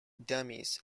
dummies